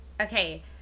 Okay